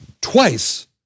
twice